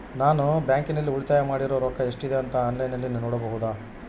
ನಾನು ಬ್ಯಾಂಕಿನಲ್ಲಿ ಉಳಿತಾಯ ಮಾಡಿರೋ ರೊಕ್ಕ ಎಷ್ಟಿದೆ ಅಂತಾ ಆನ್ಲೈನಿನಲ್ಲಿ ನೋಡಬಹುದಾ?